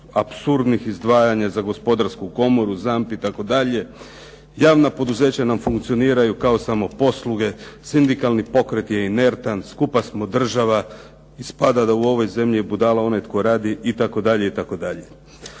apsurdnih izdvajanja za Gospodarsku komoru, ZAMP itd. Javna poduzeća nam funkcioniraju kao samoposluge, sindikalni pokret je inertan, skupa smo država, ispada da u ovoj zemlji je budala onaj tko radi itd.